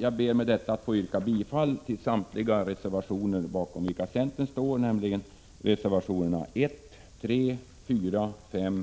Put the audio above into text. Jag ber med detta att få yrka bifall till samtliga reservationer bakom vilka centern står, nämligen reservationerna 1, 3—6